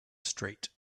street